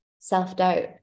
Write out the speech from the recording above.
self-doubt